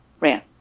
ran